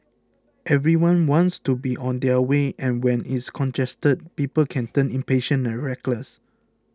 everyone wants to be on their way and when it's congested people can turn impatient and reckless